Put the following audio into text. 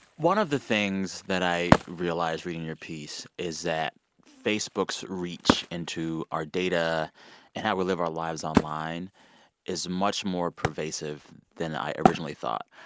one of the things that i realized reading your piece is that facebook's reach into our data and how we live our lives online is much more pervasive than i originally thought.